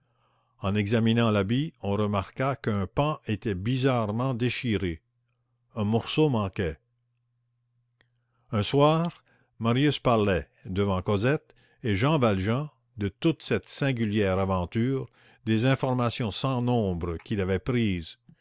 en examinant l'habit on remarqua qu'un pan était bizarrement déchiré un morceau manquait un soir marius parlait devant cosette et jean valjean de toute cette singulière aventure des informations sans nombre qu'il avait prises